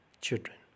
children